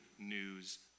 news